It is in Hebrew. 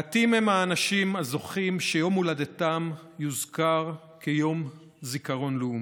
מעטים הם האנשים הזוכים שיום הולדתם יוזכר כיום זיכרון לאומי.